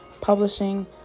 publishing